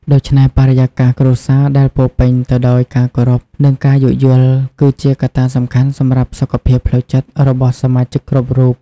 ដូច្នេះ បរិយាកាសគ្រួសារដែលពោរពេញទៅដោយការគោរព និងការយោគយល់ គឺជាកត្តាសំខាន់សម្រាប់សុខភាពផ្លូវចិត្តរបស់សមាជិកគ្រប់រូប។